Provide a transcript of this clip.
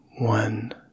One